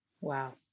Wow